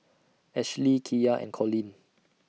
Ashly Kiya and Colleen